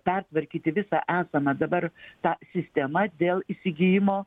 pertvarkyti visą esamą dabar tą sistemą dėl įsigijimo